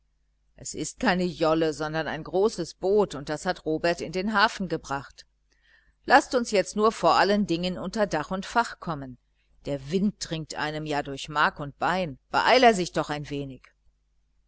es ist keine jolle sondern ein großes boot und das hat robert in den hafen gebracht laßt uns jetzt nur vor allen dingen unter dach und fach kommen der wind dringt einem ja durch mark und bein beeil er sich doch ein wenig